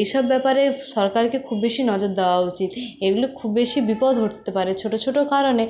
এইসব ব্যাপারে সরকারকে খুব বেশি নজর দেওয়া উচিৎ এগুলো খুব বেশি বিপদ ঘটতে পারে ছোটো ছোটো কারণে